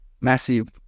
massive